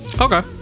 Okay